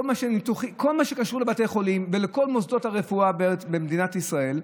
בכל מה שקשור לבתי חולים ולכל מוסדות הרפואה במדינת ישראל,